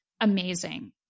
amazing